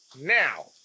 now